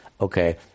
okay